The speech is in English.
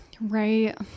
Right